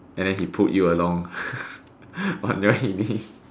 and then he pulled you along on your heelies